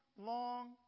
long